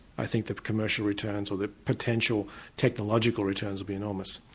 i think the commercial returns or the potential technological returns will be enormous.